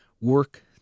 work